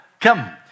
come